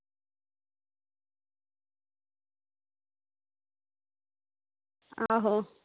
आहो